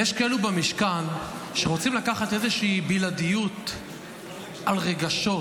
יש כאלה במשכן שרוצים לקחת איזושהי בלעדיות על רגשות,